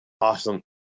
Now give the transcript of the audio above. awesome